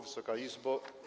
Wysoka Izbo!